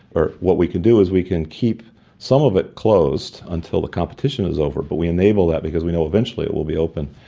what we can do is we can keep some of it closed until the competition is over, but we enable that because we know eventually it will be open.